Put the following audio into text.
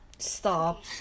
Stop